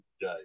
day